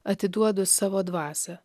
atiduodu savo dvasią